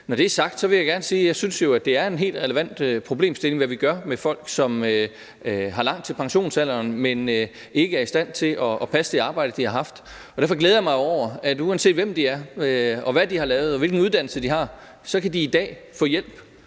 Når det er sagt, vil jeg gerne sige, at jeg jo synes det er en helt relevant problemstilling, hvad vi gør med folk, som har langt til pensionsalderen, men ikke er i stand til at passe det arbejde, de har haft. Derfor glæder jeg mig jo over, at uanset hvem de er, hvad de har lavet, og hvilken uddannelse de har, så kan de i dag få hjælp,